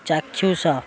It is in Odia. ଚାକ୍ଷୁଷ